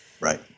Right